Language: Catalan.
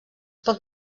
pot